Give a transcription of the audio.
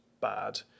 bad